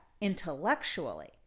intellectually